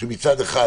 שמצד אחד